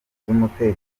z’umutekano